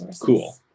cool